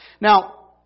Now